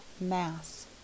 mass